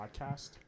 podcast